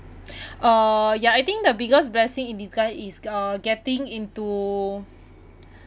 uh ya I think the biggest blessing in disguise is uh getting into